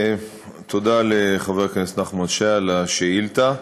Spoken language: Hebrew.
תודה לחבר הכנסת נחמן שי על השאילתה,